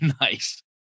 Nice